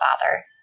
father